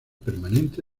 permanente